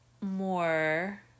more